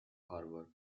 harbour